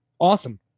awesome